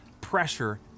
pressure